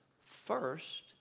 first